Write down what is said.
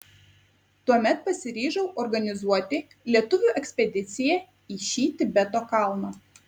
tuomet pasiryžau organizuoti lietuvių ekspediciją į šį tibeto kalną